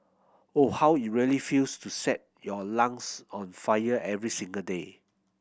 or how it really feels to set your lungs on fire every single day